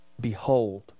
behold